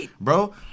Bro